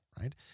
right